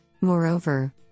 Moreover